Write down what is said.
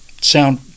sound